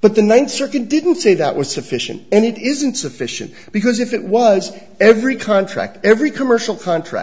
but the ninth circuit didn't say that was sufficient and it isn't sufficient because if it was every contract every commercial contract